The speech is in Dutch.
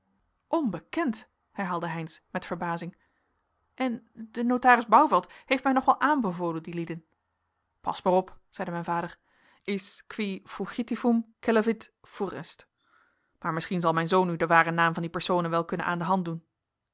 onbekend herhaalde heynsz met verbazing en de notaris bouvelt heeft mij nog wel aanbevolen die lieden pas maar op zeide mijn vader is qui fugitivum celavit fur est maar misschien zal mijn zoon u den waren naam van die personen wel kunnen aan de hand doen